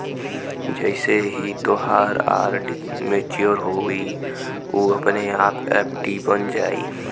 जइसे ही तोहार आर.डी मच्योर होइ उ अपने आप एफ.डी बन जाइ